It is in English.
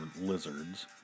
lizards